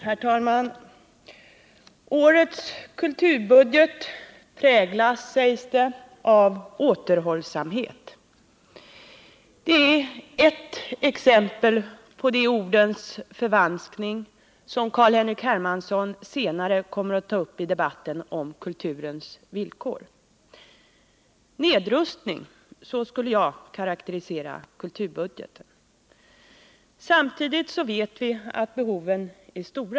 Herr talman! Årets budget präglas, sägs det, av ”återhållsamhet”. Det är ett exempel på den ordens förvanskning som C.-H. Hermansson senare kommer att ta upp i debatten om kulturens villkor. Nedrustning — så skulle jag karakterisera kulturbudgeten. Samtidigt vet vi att behoven är stora.